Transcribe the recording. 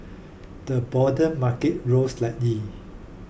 the broader market rose slightly